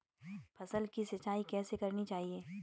फसल की सिंचाई कैसे करनी चाहिए?